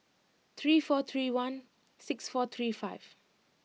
three four three one six four three five